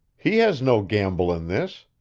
he has no gamble in this.